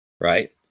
Right